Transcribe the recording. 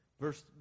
Verse